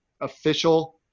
official